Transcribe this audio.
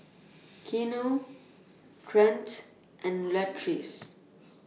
Keanu Trent and Latrice